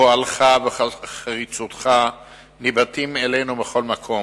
פועלך וחריצותך ניבטים אלינו מכל מקום,